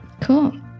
Cool